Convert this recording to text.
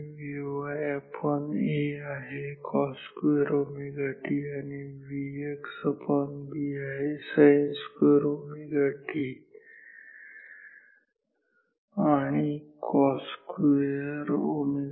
VyA आहे cos2 ωt आणि VxB आहे sin2 ωt